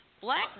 Black